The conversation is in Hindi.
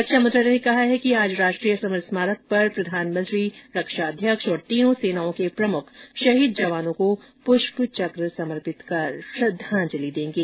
रक्षा मंत्रालय ने कहा है कि आज राष्ट्रीय समर स्मारक पर प्रधानमंत्री रक्षा अध्यक्ष और तीनों सेनाओं के प्रमुख शहीद जवानों को पुष्प चक समर्पित कर श्रद्वांजलि देंगे